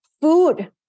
food